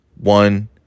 one